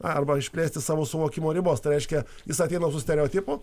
arba išplėsti savo suvokimo ribos tai reiškia jis ateina su stereotipu